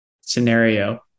scenario